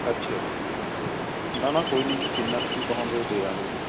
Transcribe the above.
ਅੱਛਾ ਨਾ ਨਾ ਕੋਈ ਨੀ ਜੀ ਜਿੰਨਾ ਤੁਸੀਂ ਕਹੋਗੇ ਦੇ ਦਾਂਗੇ ਜੀ